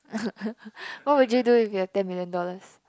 what would you do if you have ten million dollars